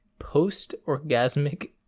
post-orgasmic